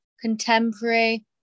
contemporary